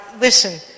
Listen